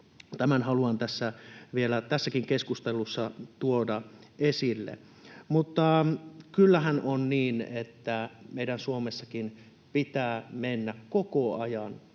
Tämän haluan vielä tässäkin keskustelussa tuoda esille. Mutta kyllähän on niin, että meidän Suomessakin pitää mennä koko ajan